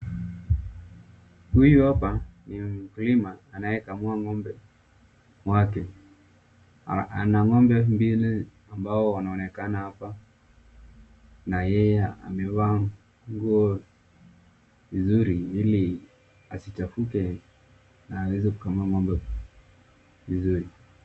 Huyu hapa ni mkulima anayekamua ng'ombe wake. Ana ng'ombe mbili ambao wanaonekana hapa na yeye amevaa nguo vizuri ili asichafuke na aweze kukamua ng'ombe vizuri.